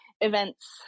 events